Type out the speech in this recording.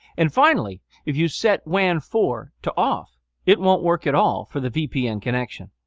and finally if you set wan four to off it won't work at all for the vpn connection.